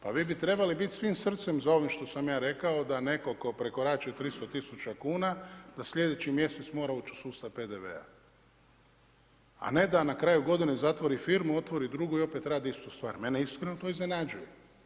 Pa vi bi trebali biti svim srcem za ovim što sam ja rekao, da netko tko prekorači 300 tisuća kuna, da slijedeći mjesec mora uči u sustav PDV-a, a ne da na kraju godine, zatvori firmu, otvori drugu i opet radi istu stvar, mene iskreno to iznenađuje.